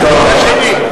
זו תשובה מאוזנת.